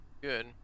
good